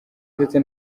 ndetse